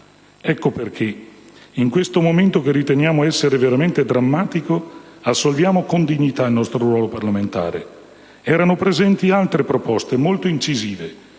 Ecco perché, in questo momento che riteniamo essere veramente drammatico, assolviamo con dignità al nostro ruolo parlamentare. Erano presenti altre proposte molto incisive,